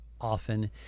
often